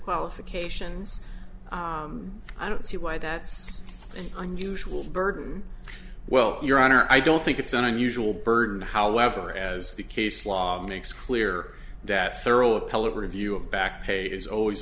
qualifications i don't see why that's an unusual burden well your honor i don't think it's an unusual burden however as the case law makes clear that thorough appellate review of back pay is always